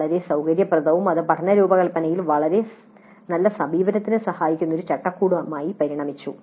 വളരെ സൌകര്യപ്രദവും അത് പഠന രൂപകൽപ്പനയിൽ വളരെ നല്ല സമീപനത്തിന് സഹായിക്കുന്ന ഒരു ചട്ടക്കൂടായി പരിണമിച്ചു